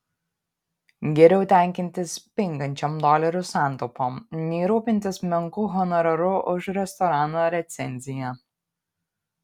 geriau tenkintis pingančiom dolerių santaupom nei rūpintis menku honoraru už restorano recenziją